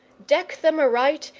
deck them aright,